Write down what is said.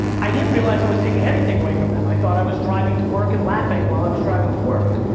i didn't realize i was taking anything away from them, i thought i was driving to work and laughing while i was driving to work.